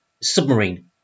submarine